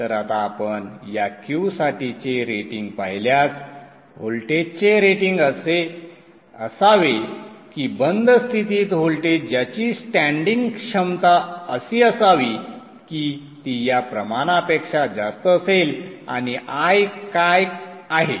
तर आता आपण या Q साठीचे रेटिंग पाहिल्यास व्होल्टेजचे रेटिंग असे असावे की बंद स्थितीत व्होल्टेज ज्याची स्टँडिंग क्षमता अशी असावी की ती या प्रमाणापेक्षा जास्त असेल आणि I काय आहे